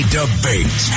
debate